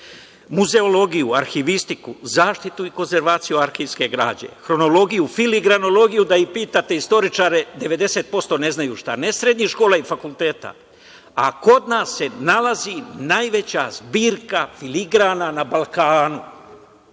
muzeologiju, arhivistiku, zaštitu i konzervaciju arhivske građe, hronologiju, filigranologiju. Da pitate istoričare, 90% ne znaju šta je, ne srednjih škola i fakulteta, a kod nas se nalazi najveća zbirka filigrana na Balkanu,